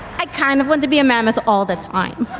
i kind of want to be a mammoth all the time.